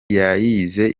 yayize